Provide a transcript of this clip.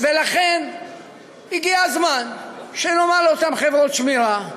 ולכן הגיע הזמן שנאמר לאותן חברות שמירה: